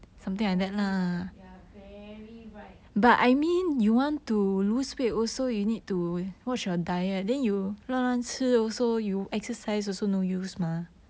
very right you are very right